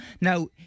Now